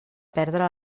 perdre